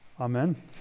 Amen